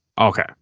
Okay